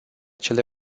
cele